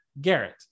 garrett